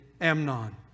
Amnon